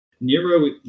Nero